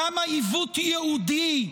כמה עיוות יהודי,